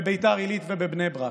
בביתר עילית ובבני ברק.